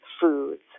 foods